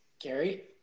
Gary